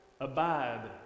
abide